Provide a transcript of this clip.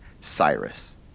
Cyrus